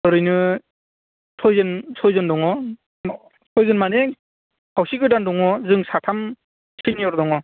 ओरैनो सयजोन सयजोन दङ सयजन माने खावसे गोदान दङ जों साथाम सिनियर दङ